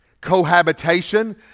Cohabitation